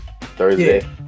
Thursday